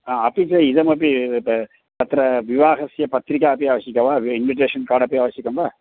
हा अपि च इदमपि तत्र विवाहस्य पत्रिका अपि आवश्यकी वि इन्विटेषन् कार्ड् अपि आवश्यकं वा